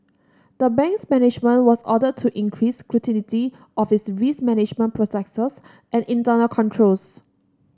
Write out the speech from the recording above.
the bank's management was ordered to increase scrutiny of its risk management processes and internal controls